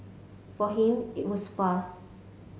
for him it was fast